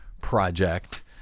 Project